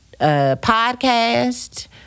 podcast